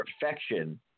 perfection